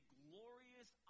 glorious